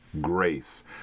grace